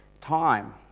time